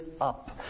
up